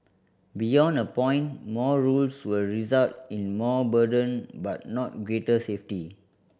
beyond a point more rules will result in more burden but not greater safety